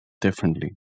differently